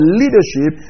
leadership